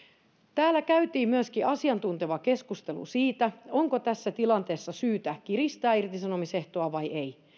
täällä käytiin myöskin asiantunteva keskustelu siitä onko tässä tilanteessa syytä kiristää irtisanomisehtoa vai ei